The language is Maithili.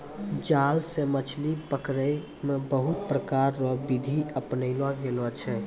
जाल से मछली पकड़ै मे बहुत प्रकार रो बिधि अपनैलो गेलो छै